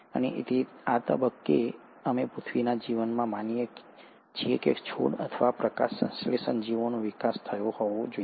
અને તે આ તબક્કે છે અમે પૃથ્વીના જીવનમાં માનીએ છીએ કે છોડ અથવા પ્રકાશસંશ્લેષણ જીવોનો વિકાસ થયો હોવો જોઈએ